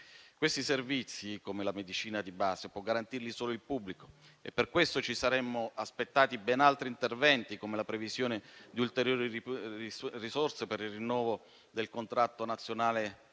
Questi servizi, come la medicina di base, può garantirli solo il pubblico, e per questo ci saremmo aspettati ben altri interventi, come la previsione di ulteriori risorse per il rinnovo del contratto nazionale di